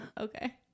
Okay